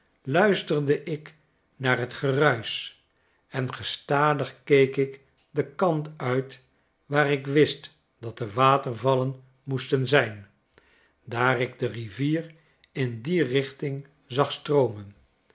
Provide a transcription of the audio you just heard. luisterde ik naar t gebruis en gestadig keek ik den kant uit waar ik wist dat de watervallen moesten zijn daar ik de rivier in die richting zag stroomen